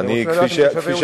אני רוצה לדעת לגבי ירושלים.